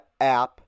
app